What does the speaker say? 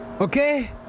Okay